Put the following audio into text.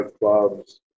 clubs